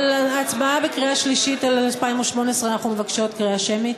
על ההצבעה בקריאה שלישית על 2018 אנחנו מבקשות קריאה שמית.